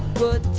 good.